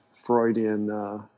Freudian